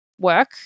work